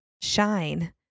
shine